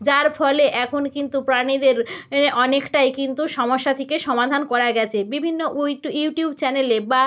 যার ফলে এখন কিন্তু প্রাণীদের এ অনেকটাই কিন্তু সমস্যা থেকে সমাধান করা গেছে বিভিন্ন ইউটিউব চ্যানেলে বা